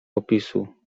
opisu